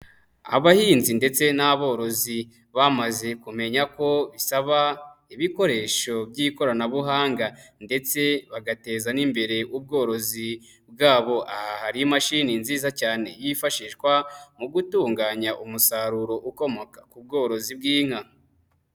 Abahinzi ndetse n'aborozi bamaze kumenya ko isaba ibikoresho by'ikoranabuhanga ndetse bagateza n'imbere ubworozi bwabo, aha hari imashini nziza cyane yifashishwa mu gutunganya umusaruro ukomoka ku bworozi bw'inka.